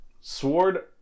Sword